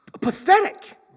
pathetic